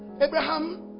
Abraham